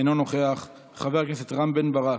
אינו נוכח, חבר הכנסת רם בן ברק,